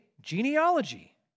genealogy